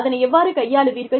அதனை எவ்வாறு கையாளுவீர்கள்